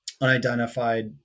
unidentified